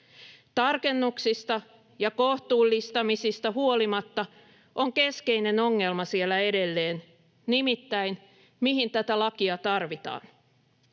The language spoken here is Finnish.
Tarkennuksista ja kohtuullistamisista huolimatta on keskeinen ongelma siellä edelleen, nimittäin se, mihin tätä lakia tarvitaan.